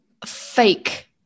fake